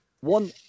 One